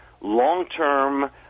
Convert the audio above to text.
long-term